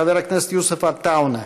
חבר הכנסת יוסף עטאונה.